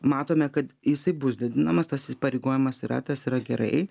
matome kad jisai bus didinamas tas įpareigojimas yra tas yra gerai